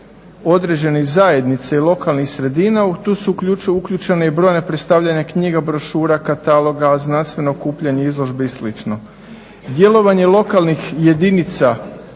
određenih zajednica i lokalnih sredina u tu su uključena i brojna predstavljanja knjiga, brošura, kataloga, znanstvenog okupljanja, izložbe i slično. Djelovanje lokalnih jedinica